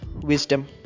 Wisdom